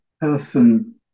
person